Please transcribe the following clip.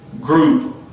group